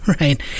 right